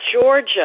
Georgia